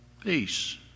peace